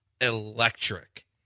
electric